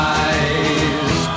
eyes